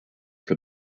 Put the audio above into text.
for